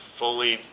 fully